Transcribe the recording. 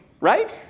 right